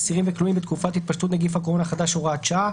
אסירים וכלואים בתקופת התפשטות נגיף הקורונה החדש (הוראת שעה),